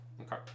Okay